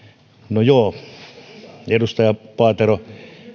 no joo edustaja paatero